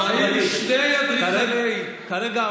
ראינו שני אדריכלי --- חברי הכנסת,